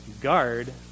guard